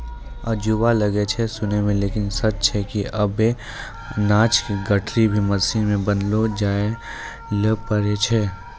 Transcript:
अजूबा लागै छै सुनै मॅ लेकिन है सच छै कि आबॅ अनाज के गठरी भी मशीन सॅ बनैलो जाय लॅ पारै छो